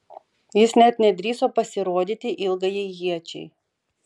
jis net nedrįso pasirodyti ilgajai iečiai